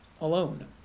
alone